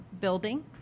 building